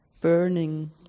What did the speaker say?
burning